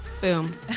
Boom